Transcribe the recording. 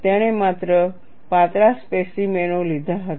તેણે માત્ર પાતળા સ્પેસીમેનઓ લીધા હતા